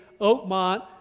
Oakmont